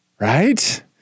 Right